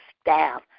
staff